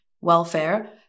welfare